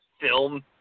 film